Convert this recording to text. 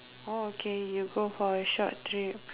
oh okay you go for a short trip